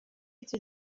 icyo